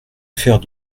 faire